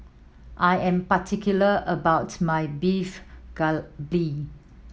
I am particular about my Beef Galbi